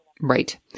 Right